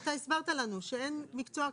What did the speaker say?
אתה הסברת לנו שאין מקצוע כזה.